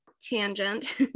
tangent